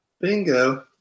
bingo